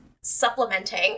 supplementing